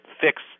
fix